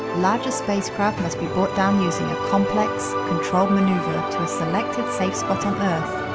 larger spacecraft must be brought down using a complex, controlled manoeuver to a selected, safe spot on earth.